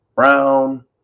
Brown